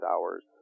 hours